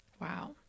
Wow